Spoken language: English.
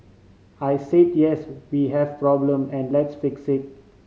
I said yes we have problem and let's fix it